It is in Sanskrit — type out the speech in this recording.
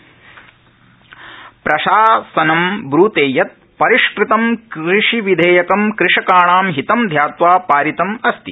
तोमरः प्रशासनम् ब्रूते यत् परिष्कृतं कृषिविधेयकं कृषकाणां हितं ध्वात्वा पारितम् अस्ति